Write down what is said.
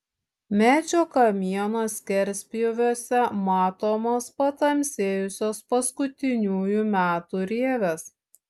medžio kamieno skerspjūviuose matomos patamsėjusios paskutiniųjų metų rievės